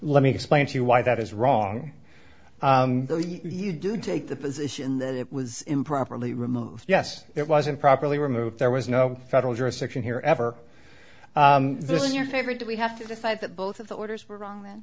let me explain to you why that is wrong though you do take the position that it was improperly removed yes it was improperly removed there was no federal jurisdiction here ever this in your favor do we have to decide that both of the orders were wrong